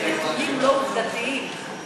בנתונים לא עובדתיים,